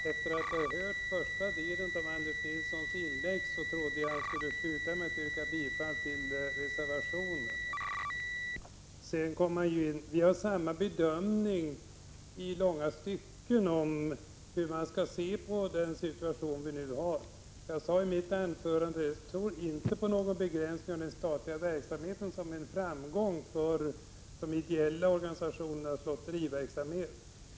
Herr talman! Efter att ha hört första delen av Anders Nilssons inlägg trodde jag att han skulle sluta med att yrka bifall till reservationen. Vi gör i långa stycken samma bedömning av hur man skall se på den situation vi nu har. Jag sade i mitt anförande att jag inte tror på att en begränsning av den statliga verksamheten ger framgång för de ideella organisationernas lotteriverksamhet.